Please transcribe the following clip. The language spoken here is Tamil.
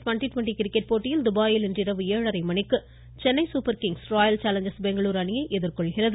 ட்வெண்ட்டி ட்வெண்ட்டி கிரிக்கெட் போட்டியில் துபாயில் இன்றிரவு ஏழரை மணிக்கு Chennai Super Kings Royal Challengers Bengaluru அணியை எதிர்கொள்கிறது